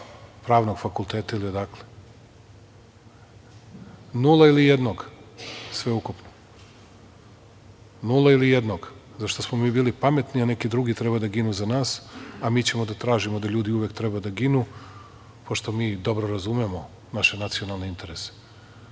pravnog fakulteta ili odakle? Nula, ili jednog sveukupno? Nula ili jednog, zato što smo mi bili pametni, a neki drugi treba da ginu za nas, a mi ćemo da tražimo da ljudi uvek treba da ginu, pošto mi dobro razumemo naše nacionalne interese. Kad